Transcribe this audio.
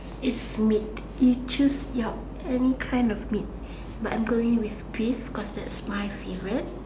is meat you choose your end kind of meat but I'm going with this cause it's my favourite